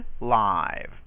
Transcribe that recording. live